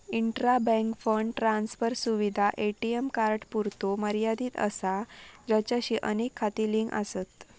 intra bank fund transfer सुविधा ATM कार्डांपुरतो मर्यादित असा ज्याचाशी अनेक खाती लिंक आसत